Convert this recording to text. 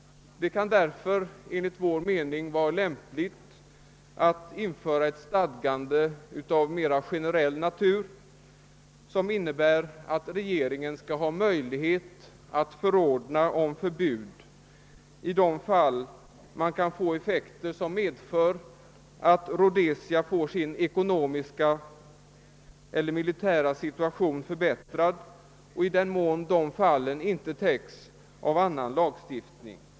Det kan därför enligt vår mening vara lämpligt att införa ett stadgande av mera generell natur, som innebär att regeringen skall ha möjlighet att förordna om förbud i sådana fall där man kan få effekter som medför att Rhodesia får sin ekonomiska eller militära situation förbättrad, i den mån sådana fall inte täckes av annan lagstiftning.